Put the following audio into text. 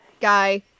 guy